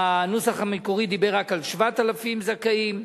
הנוסח המקורי דיבר רק על 7,000 זכאים.